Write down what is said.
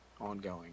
ongoing